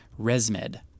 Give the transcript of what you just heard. Resmed